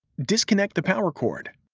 disconnect the power cord.